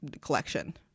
collection